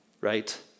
right